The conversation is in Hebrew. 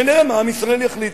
ונראה מה עם ישראל יחליט.